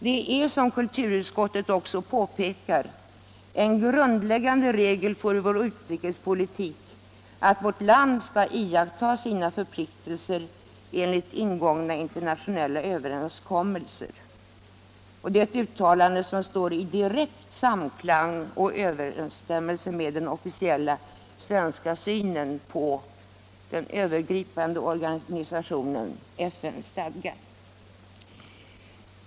Det är, som utskottet också påpekar, en grundläggande regel för vår utrikespolitik att vårt land skall iaktta sina förpliktelser enligt ingångna internationella överenskommelser. Det är ett uttalande som står i direkt samklang med den officiella svenska synen på den övergripande organisationen, FN-stadgan.